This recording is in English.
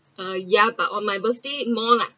uh ya but on my birthday more lah